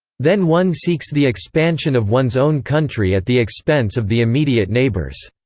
then one seeks the expansion of one's own country at the expense of the immediate neighbours.